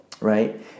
right